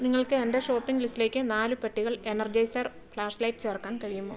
നിങ്ങൾക്ക് എന്റെ ഷോപ്പിംഗ് ലിസ്റ്റിലേക്ക് നാല് പെട്ടികൾ എനർജൈസർ ഫ്ലാഷ്ലൈറ്റ് ചേർക്കാൻ കഴിയുമോ